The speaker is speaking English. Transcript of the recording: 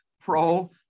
pro